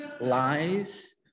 lies